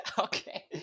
Okay